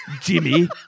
Jimmy